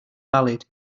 valid